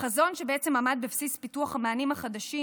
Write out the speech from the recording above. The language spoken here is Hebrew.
החזון שבעצם עמד בבסיס פיתוח המענים החדשים